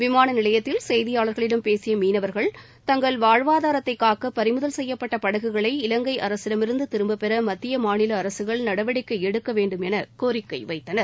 விமான நிலையத்தில் செய்தியாளர்களிடம் பேசிய மீனவர்கள் தங்கள் வாழ்வாதாரத்தை காக்க பறிமுதல் செய்யப்பட்ட படகுகளை இவங்கை அரசிடமிருந்து திரும்பப்பெற மத்திய மாநில அரசுகள் நடவடிக்கை எடுக்க வேண்டும் என கோரிக்கை வைத்தனர்